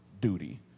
duty